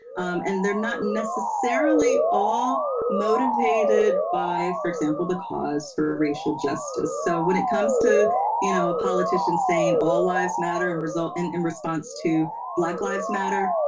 um and they're not necessarily all motivated by, for example, the cause for racial justice. so when it comes to you know ah politicians saying all lives matter and and in response to black lives matter,